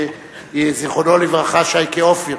מזיכרונו לברכה שייקה אופיר,